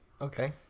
Okay